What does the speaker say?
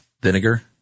vinegar